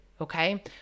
Okay